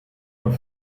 und